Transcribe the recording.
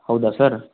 ಹೌದಾ ಸರ್